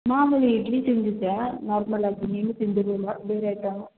ಮಾಮೂಲಿ ಇಡ್ಲಿ ತಿಂದಿದ್ದೆ ನಾರ್ಮಲ್ಲಾಗಿ ಇನ್ನೇನು ತಿಂದಿರಲಿಲ್ಲ ಬೇರೆ ಐಟಮ್ಮು